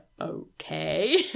okay